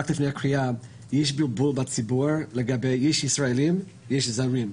יש דיבור בציבור בעניין שיש ישראלים ויש זרים.